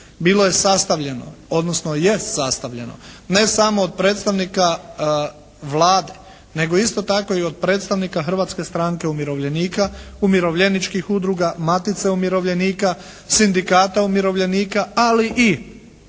bilo je sastavljeno odnosno jest sastavljeno ne samo od predstavnika Vlade, nego isto tako i od predstavnika Hrvatske stranke umirovljenika, umirovljeničkih udruga, Matice umirovljenika, Sindikata umirovljenika ali i